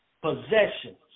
possessions